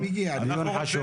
דיון חשוב.